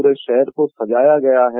पूरे शहर को सजाया गया है